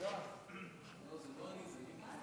סעיפים